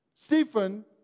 Stephen